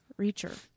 reacher